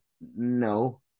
No